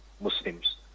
Muslims